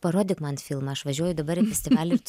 parodyk man filmą aš važiuoju dabar į festivalį ir tu